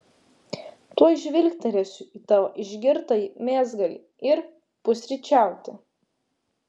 tuoj žvilgtelėsiu į tavo išgirtąjį mėsgalį ir pusryčiauti